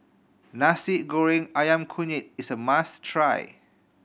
Nasi Goreng Ayam Kunyit is a must try